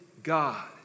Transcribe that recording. God